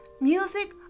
music